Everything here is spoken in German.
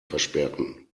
versperren